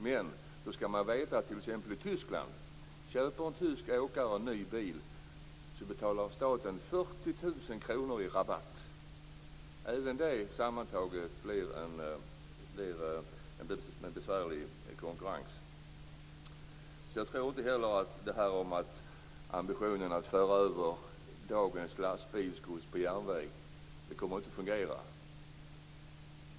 Men då skall man veta att om t.ex. en tysk åkare köper en ny bil i Tyskland betalar staten 40 000 kr i rabatt. Även det innebär en besvärlig konkurrens för de svenska åkarna. Jag tror alltså inte att ambitionen att föra över dagens lastbilsgods på järnväg kommer att fungera.